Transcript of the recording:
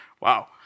Wow